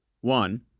One